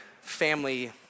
family